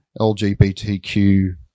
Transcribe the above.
LGBTQ